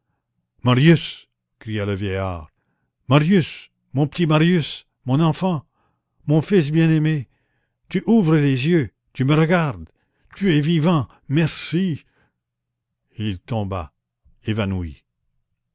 le vieillard marius mon petit marius mon enfant mon fils bien-aimé tu ouvres les yeux tu me regardes tu es vivant merci et il tomba évanoui